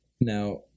now